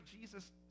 Jesus